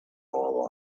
our